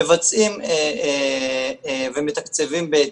מבצעים ומתקצבים בהתאם.